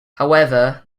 however